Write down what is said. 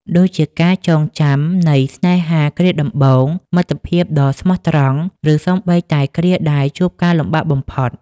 ដូចជាការចងចាំនៃស្នេហាគ្រាដំបូង មិត្តភាពដ៏ស្មោះត្រង់ ឬសូម្បីតែគ្រាដែលជួបការលំបាកបំផុត។